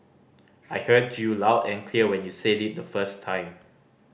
I heard you loud and clear when you said it the first time